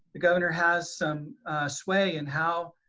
the governor has some sway in how,